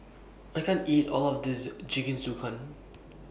I can't eat All of This Jingisukan